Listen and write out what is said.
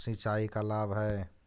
सिंचाई का लाभ है?